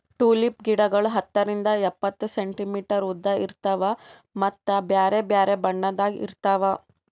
tulip ಗಿಡಗೊಳ್ ಹತ್ತರಿಂದ್ ಎಪ್ಪತ್ತು ಸೆಂಟಿಮೀಟರ್ ಉದ್ದ ಇರ್ತಾವ್ ಮತ್ತ ಬ್ಯಾರೆ ಬ್ಯಾರೆ ಬಣ್ಣದಾಗ್ ಇರ್ತಾವ್